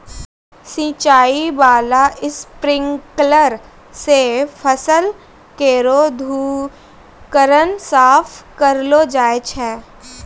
सिंचाई बाला स्प्रिंकलर सें फसल केरो धूलकण साफ करलो जाय छै